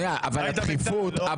לא, לא, לא, לא, לא.